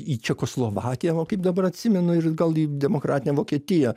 į čekoslovakiją o kaip dabar atsimenu ir gal į demokratinę vokietiją